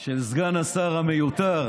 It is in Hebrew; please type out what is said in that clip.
של סגן השר המיותר